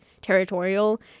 territorial